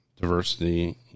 diversity